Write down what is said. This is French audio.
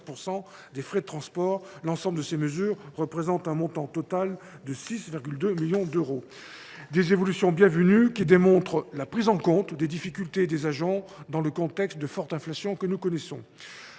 des frais de transport. L’ensemble de ces mesures représente un montant global de 6,2 millions d’euros. Ces évolutions sont bienvenues ; elles démontrent la prise en compte des difficultés des agents dans le contexte de forte inflation que nous connaissons.